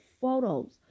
photos